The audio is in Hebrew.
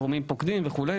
גורמים פוקדים וכולי.